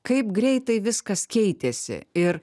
kaip greitai viskas keitėsi ir